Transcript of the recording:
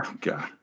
God